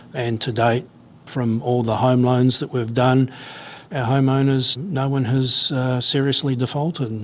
and to date from all the home loans that we've done, our homeowners, no one has seriously defaulted. and